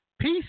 Peace